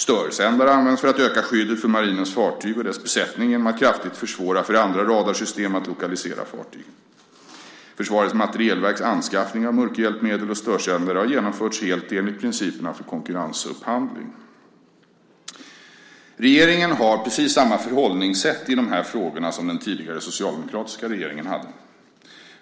Störsändare används för att öka skyddet för marinens fartyg och dess besättning genom att kraftigt försvåra för andra radarsystem att lokalisera fartyget. Försvarets materielverks anskaffning av mörkerhjälpmedel och störsändare har genomförts helt enligt principerna för konkurrensupphandling. Regeringen har precis samma förhållningssätt i de här frågorna som den tidigare, socialdemokratiska regeringen hade.